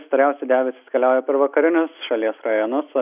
storiausi debesys keliauja per vakarinius šalies rajonus o